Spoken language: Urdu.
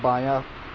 بایاں